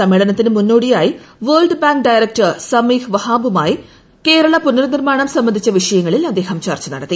സമ്മേളനത്തിന് മുന്നോടിയായി world bank director Sameeh വഹാബുമായി കേരള പുനർനിർമാണം സംബന്ധിച്ച വിഷയങ്ങളിൽ അദ്ദേഹം ചർച്ച നടത്തി